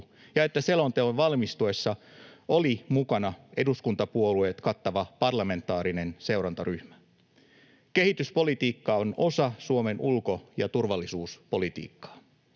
ja että selonteon valmistelussa oli mukana eduskuntapuolueet kattava parlamentaarinen seurantaryhmä. Kehityspolitiikka on osa Suomen ulko- ja turvallisuuspolitiikkaa.